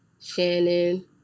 Shannon